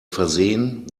versehen